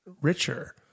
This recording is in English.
richer